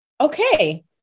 Okay